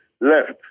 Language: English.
left